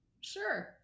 Sure